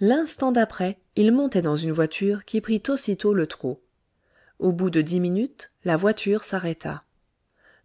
l'instant d'après il montait dans une voiture qui prit aussitôt le trot au bout de dix minutes la voiture s'arrêta